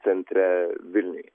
centre vilniuj